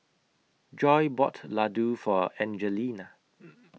Joy bought Ladoo For Angelina